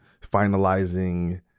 finalizing